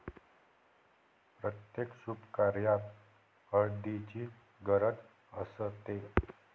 प्रत्येक शुभकार्यात हळदीची गरज असते